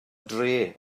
dre